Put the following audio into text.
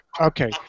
okay